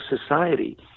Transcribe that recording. society